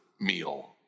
meal